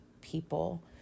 people